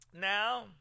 Now